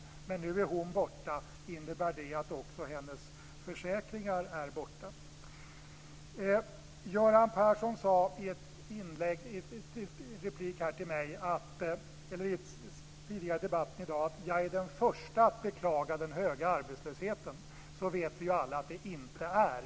Nu är hon borta. Innebär det att också hennes försäkringar är borta? Göran Persson sade i ett inlägg tidigare i debatten i dag att han är den första att beklaga den höga arbetslösheten. Så vet vi alla att det inte är.